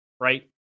Right